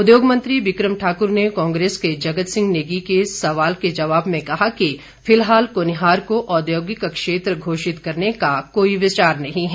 उद्योग मंत्री बिक्रम ठाकुर ने कांग्रेस के जगत सिंह नेगी के एक सवाल के जवाब में कहा कि फिलहाल कुनिहार को औद्योगिक क्षेत्र घोषित करने का कोई विचार नहीं है